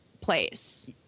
place